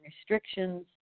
restrictions